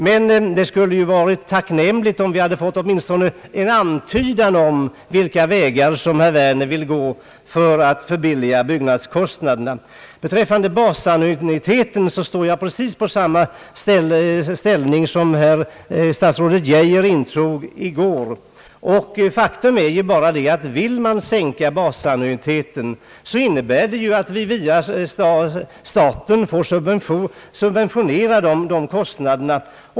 Men det skulle ha varit tacknämligt om vi fått åtminstone en antydan om vilka vägar herr Werner vill gå för att förbilliga byggnadskostnaderna. Beträffande basannuiteten står jag på precis samma ståndpunkt som statsrådet Geijer intog i går. Faktum är att om man vill sänka basannuiteten innebär det att vi via staten får subventionera dessa kostnader.